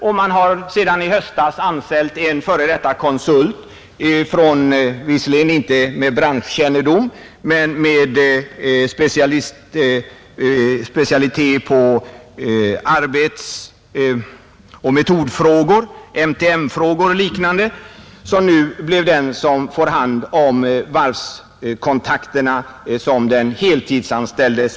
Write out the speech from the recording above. Och man anställde i höstas en f.d, konsult, visserligen inte med branschkännedom men en person med arbetsoch metodfrågor — MTM-frågor och liknande — som specialitet. Denne får nu hand om varvskontakterna på heltid.